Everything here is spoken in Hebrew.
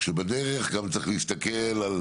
כשבדרך גם צריך להסתכל על